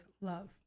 love